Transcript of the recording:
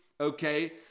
okay